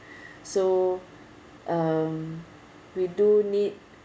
so um we do need